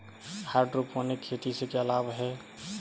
Hydroponic खेती से क्या लाभ हैं?